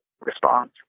response